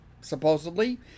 supposedly